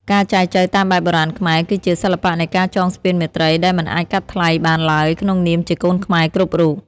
ការចែចូវតាមបែបបុរាណខ្មែរ គឺជា "សិល្បៈនៃការចងស្ពានមេត្រី" ដែលមិនអាចកាត់ថ្លៃបានឡើយ ក្នុងនាមជាកូនខ្មែរគ្រប់រូប។